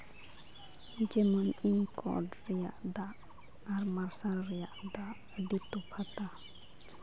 ᱡᱮᱢᱚᱱ ᱤᱧ ᱠᱚᱞ ᱨᱮᱭᱟᱜ ᱫᱟᱜ ᱟᱨ ᱢᱟᱨᱥᱟᱞ ᱨᱮᱭᱟᱜ ᱫᱟᱜ ᱟᱹᱰᱤ ᱛᱚᱯᱷᱟᱛᱟ